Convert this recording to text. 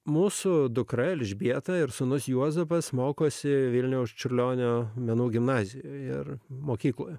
mūsų dukra elžbieta ir sūnus juozapas mokosi vilniaus čiurlionio menų gimnazijoje ir mokykloje